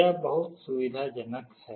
यह बहुत सुविधाजनक है